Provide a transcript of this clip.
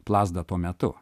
plazda tuo metu